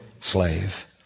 slave